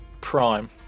prime